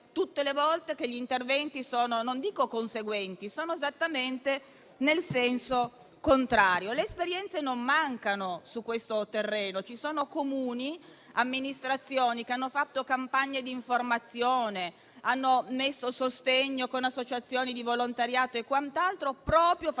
tutte le volte che gli interventi sono non dico conseguenti, ma esattamente nel senso contrario. Le esperienze non mancano su questo terreno. Ci sono Comuni e amministrazioni che hanno fatto campagne di informazione, hanno dato sostegno ad associazioni di volontariato e quant'altro, facendosi